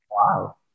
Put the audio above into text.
Wow